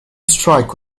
strike